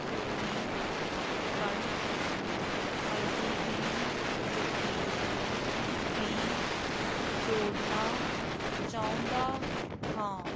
ਪੂਰੀ ਕਣਕ multigrain cookies ਵੀ ਜੋੜਨਾ ਚਾਹੁੰਦਾ ਹਾਂ